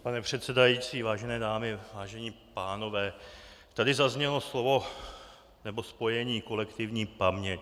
Pane předsedající, vážené dámy, vážení pánové, tady zaznělo slovo nebo spojení kolektivní paměť.